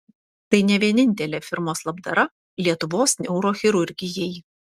tai ne vienintelė firmos labdara lietuvos neurochirurgijai